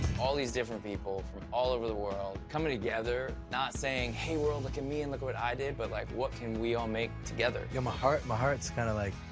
all these different people from all over the world coming together, not saying, hey, world, look at me, and look at what i did, but like, what can we all make together? yeah, my heart. my heart's kind of like